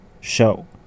show